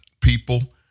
people